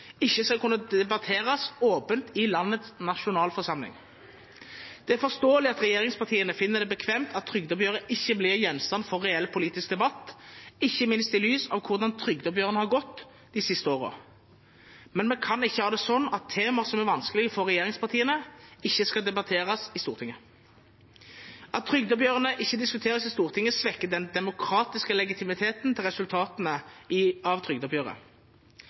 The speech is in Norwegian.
ikke skal kunne debatteres åpent i landets nasjonalforsamling. Det er forståelig at regjeringspartiene finner det bekvemt at trygdeoppgjøret ikke blir gjenstand for reell politisk debatt, ikke minst i lys av hvordan trygdeoppgjørene har gått de siste årene. Men vi kan ikke ha det sånn at temaer som er vanskelige for regjeringspartiene, ikke skal debatteres i Stortinget. At trygdeoppgjørene ikke diskuteres i Stortinget, svekker den demokratiske legitimiteten til resultatene av trygdeoppgjøret.